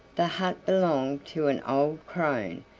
the hut belonged to an old crone,